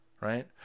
right